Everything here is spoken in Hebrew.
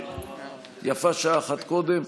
יפה שעה אחת קודם.